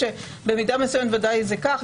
במידה מסוימת ודאי זה כך,